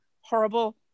horrible